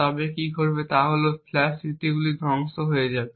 তবে কী ঘটবে তা হল ফ্ল্যাশ স্মৃতিগুলি ধ্বংস হয়ে যাবে